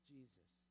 Jesus